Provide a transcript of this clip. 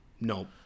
No